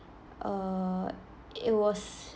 err it was